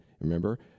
Remember